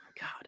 God